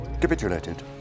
Capitulated